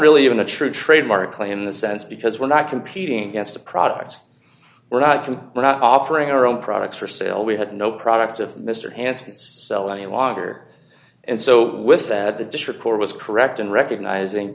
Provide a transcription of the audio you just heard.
really even a true trademark claim in the sense because we're not competing against a product we're not true we're not offering our own products for sale we had no product of mr hanson sell any longer and so with that the district court was correct in recognizing